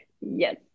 Yes